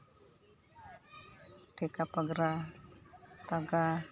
ᱴᱷᱮᱠᱟ ᱯᱟᱜᱽᱨᱟ ᱛᱟᱜᱟ